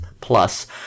plus